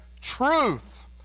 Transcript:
truth